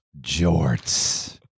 jorts